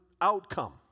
outcome